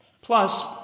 Plus